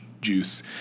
Juice